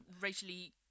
racially-